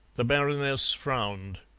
the baroness frowned.